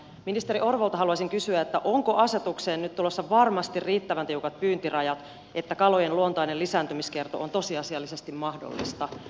ministeri orvolta haluaisin kysyä onko asetukseen nyt tulossa varmasti riittävän tiukat pyyntirajat että kalojen luontainen lisääntymiskierto on tosiasiallisesti mahdollista